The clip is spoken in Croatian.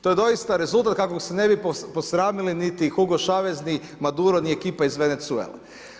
To je doista rezultat kakvog se ne bi posramili niti Hugo Chavez, Maduro ni ekipa iz Venezele.